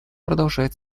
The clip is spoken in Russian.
продолжает